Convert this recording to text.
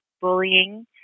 bullying